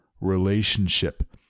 relationship